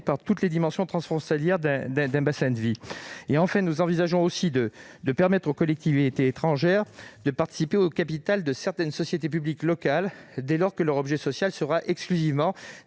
par toutes les dimensions transfrontalières d'un bassin de vie. Troisièmement, nous envisageons d'autoriser les collectivités étrangères à participer au capital de certaines sociétés publiques locales, dès lors que leur objet social est exclusivement